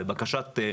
לבקשתה.